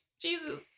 Jesus